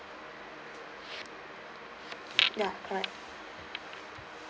yeuh correct